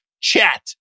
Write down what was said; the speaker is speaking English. chat